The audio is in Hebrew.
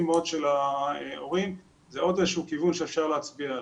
מאוד של ההורים זה עוד כיוון שאפשר להצביע עליו.